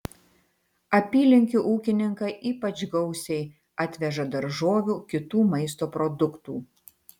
apylinkių ūkininkai ypač gausiai atveža daržovių kitų maisto produktų